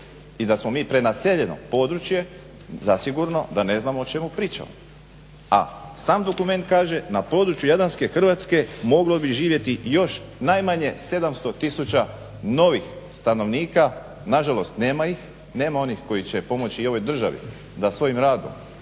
i da smo mi prenaseljeno područje, zasigurno da ne znamo o čemu pričamo, a sam dokument kaže na području Jadranske Hrvatske moglo bi živjeti još najmanje 700 tisuća novih stanovnika. Nažalost nema ih, nema onih koji će pomoći i ovoj državi da svojim radom